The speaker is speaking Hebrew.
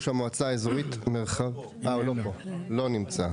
לא נמצא.